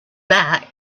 back